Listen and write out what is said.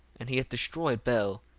and he hath destroyed bel,